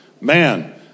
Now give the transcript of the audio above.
Man